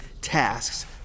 tasks